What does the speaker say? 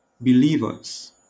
believers